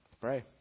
pray